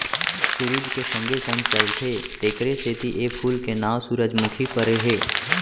सुरूज के संगे संग चलथे तेकरे सेती ए फूल के नांव सुरूजमुखी परे हे